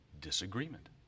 disagreement